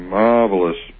marvelous